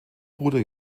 bruder